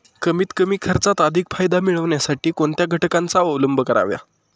कमीत कमी खर्चात अधिक फायदा मिळविण्यासाठी कोणत्या घटकांचा अवलंब करावा?